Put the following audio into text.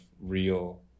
real